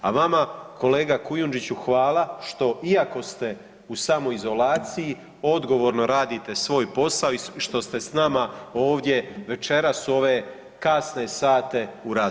A vama kolega Kujundžiću hvala iako ste u samoizolaciji odgovorno radite svoj posao i što ste sa nama ovdje večeras u ove kasne sate u raspravi.